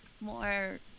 more